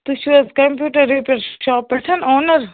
تُہۍ چھِو حَظ کمپیٛوٹر رِیپیَر شاپہٕ پیٹھ آنر